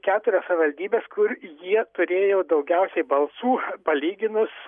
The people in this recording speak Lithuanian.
keturias savivaldybes kur jie turėjo daugiausiai balsų palyginus